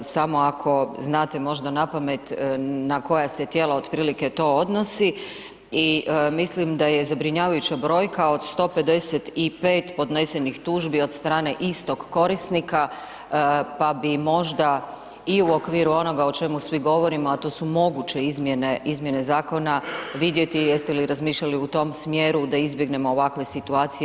Samo ako znate možda napamet na koja se tijela otprilike to odnosi i mislim da je zabrinjavajuća brojka od 155 podnesenih tužbi od strane istog korisnika pa bi možda i u okviru onoga o čemu svi govorimo, a to su moguće izmjene zakona vidjeti jeste li razmišljali u tom smjeru da izbjegnemo ovakve situacije.